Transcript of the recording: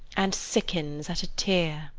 and sickens at a tear!